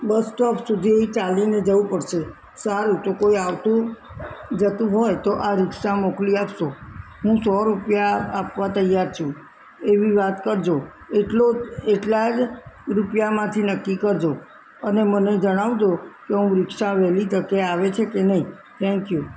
bus stop સુધી ચાલીને જવું પડશે સારું તો કોઇ આવતું જતું હોય તો આ રિક્ષા મોકલી આપશો હું સો રૂપિયા આપવા તૈયાર છું એવી વાત કરજો એટલો એટલા જ રૂપિયામાંથી નક્કી કરજો અને મને જણાવજો કે હું રિક્ષા વહેલી તકે આવે છે કે નહીં થેન્કયુ